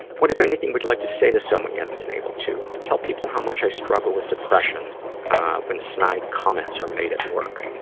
what, if anything, would you like to say to someone you haven't been able to? tell people how much i struggle with depression when snide comments are made at work.